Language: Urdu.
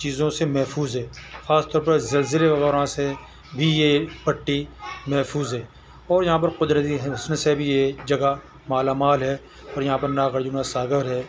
چیزوں سے محفوظ ہے خاص طور پر زلزے وغیرہ سے بھی یہ پٹی محفوظ ہے اور یہاں پر قدرتی حسن سے بھی یہ جگہ مالا مال ہے اور یہاں پر ناگ ارجن کا ساگر ہے